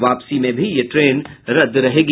वापसी में भी यह ट्रेन रद्द रहेगी